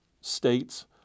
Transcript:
states